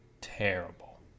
terrible